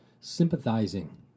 sympathizing